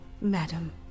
madam